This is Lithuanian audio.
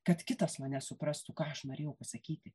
kad kitas mane suprastų ką aš norėjau pasakyti